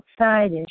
outside